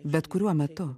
bet kuriuo metu